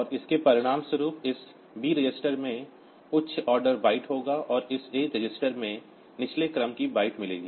और इसके परिणामस्वरूप इस B रजिस्टर में उच्च ऑर्डर बाइट होगा और इस A रजिस्टर में निचले क्रम की बाइट मिलेगी